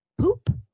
poop